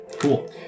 Cool